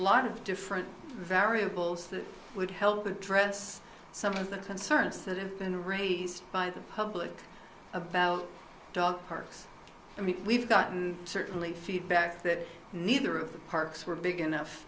lot of different variables that would help address some of the concerns that have been raised by the public about dog parks i mean we've gotten certainly feedback that neither of the parks were big enough